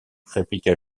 répliqua